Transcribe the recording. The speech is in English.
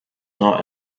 not